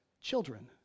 children